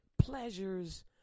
pleasures